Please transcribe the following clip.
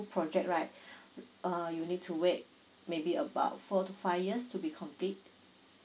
project right uh you need to wait maybe about four to five years to be complete